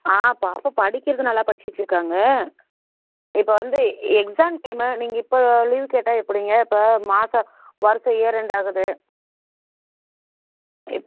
ஆ பாப்பா படிக்கிறது நல்லா படிச்சிட்டுருக்காங்க இப்போ வந்து எக்ஸாம் டைம்மு நீங்கள் இப்போ லீவ் கேட்டால் எப்படிங்க இப்போ மாதம் வருஷம் இயர் எண்டு ஆகுது இப்